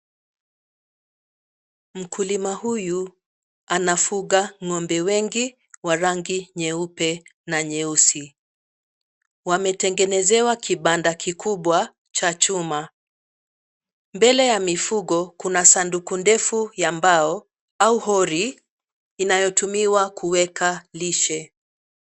Mkulima huyu anafuga ng'ombe wengi wa rangi nyeupe na nyeusi. Wametengenezewa kibanda kikubwa cha chuma. Mbele ya mifugo kuna sanduku ndefu ya mbao au hori inayotumiwa kuweka lishe.